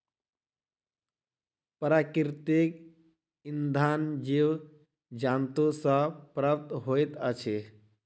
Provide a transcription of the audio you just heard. प्राकृतिक इंधन जीव जन्तु सॅ प्राप्त होइत अछि